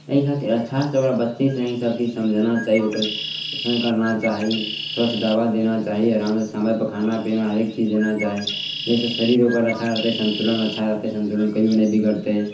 एहि खातिर अच्छासे ओकरा बच्चेसे ईसब चीज समझाना चाही ओकर अस्नान कराना चाही स्वच्छ दवा देना चाही आरामसे समयपर खानापिना हरेक चीज देना चाही जाहिसे शरीर ओकर अच्छा रहतै सन्तुलन अच्छा रहतै सन्तुलन कहिओ नहि बिगड़तै